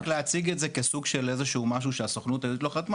אי אפשר להציג את זה כסוג של איזשהו משהו שהסוכנות לא חתמה,